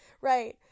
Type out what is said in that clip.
Right